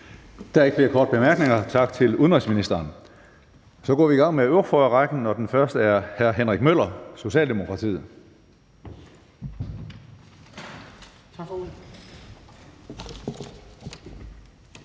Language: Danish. er ikke flere korte bemærkninger. Tak til udenrigsministeren. Så går vi til ordførerrækken, og den første er Henrik Møller, Socialdemokratiet.